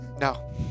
No